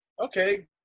okay